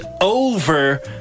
over